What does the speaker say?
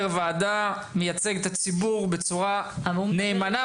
שמייצג את הציבור בצורה נאמנה,